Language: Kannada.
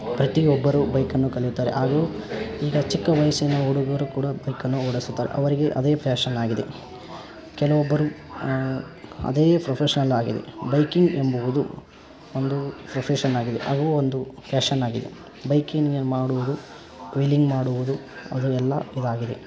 ಪ್ರತಿಯೊಬ್ಬರು ಬೈಕನ್ನು ಕಲಿಯುತ್ತಾರೆ ಹಾಗೂ ಈಗ ಚಿಕ್ಕ ವಯಸ್ಸಿನ ಹುಡುಗರು ಕೂಡ ಬೈಕನ್ನು ಓಡಿಸುತ್ತಾ ಅವರಿಗೆ ಅದೇ ಫ್ಯಾಷನ್ನಾಗಿದೆ ಕೆಲವೊಬ್ಬರು ಅದೇ ಫ್ರೊಫೆಷ್ನಲ್ ಆಗಿದೆ ಬೈಕಿಂಗ್ ಎಂಬುವುದು ಒಂದು ಫ್ರೊಫೆಷನ್ನಾಗಿದೆ ಅದು ಒಂದು ಫ್ಯಾಷನ್ನಾಗಿದೆ ಬೈಕಿಂಗೆ ಮಾಡುವುದು ವೀಲಿಂಗ್ ಮಾಡುವುದು ಅದು ಎಲ್ಲ ಇದಾಗಿದೆ